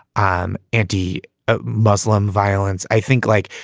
um anti ah muslim violence. i think, like,